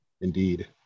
indeed